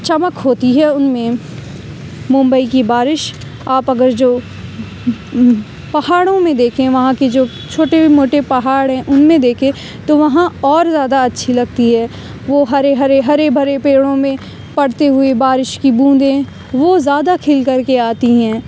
چمک ہوتی ہے ان میں ممبئی کی بارش آپ اگر جو پہاڑوں میں دیکھیں وہاں کے جو چھوٹے موٹے پہاڑ ہیں ان میں دیکھیں تو وہاں اور زیادہ اچھی لگتی ہے وہ ہرے ہرے ہرے بھرے پیڑوں میں پڑتے ہوئے بارش کی بوندیں وہ زیادہ کھل کر کے آتی ہیں